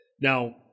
Now